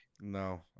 No